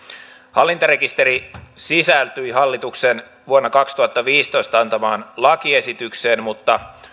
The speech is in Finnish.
hallintarekisteri sisältyi hallituksen vuonna kaksituhattaviisitoista antamaan lakiesitykseen mutta